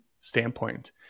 standpoint